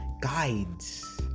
guides